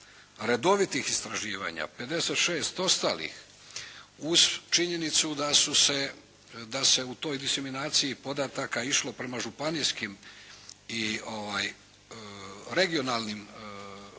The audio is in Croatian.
redovitih istraživanja 56 ostalih uz činjenicu da su se, da se u toj disiminaciji podataka išlo prema županijskim i regionalnim kriterijima,